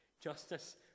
justice